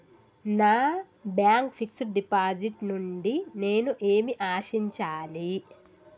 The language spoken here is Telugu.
నా బ్యాంక్ ఫిక్స్ డ్ డిపాజిట్ నుండి నేను ఏమి ఆశించాలి?